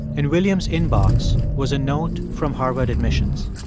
in william's inbox was a note from harvard admissions.